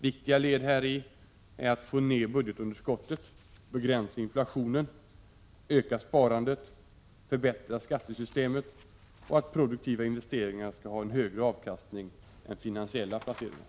Viktiga led häri är att få ned budgetunderskottet, begränsa inflationen, öka sparandet, förbättra skatte systemet och att produktiva investeringar skall ha en högre avkastning än finansiella placeringar.